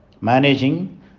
managing